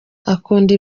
akunda